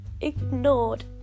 ignored